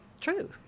true